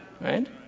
Right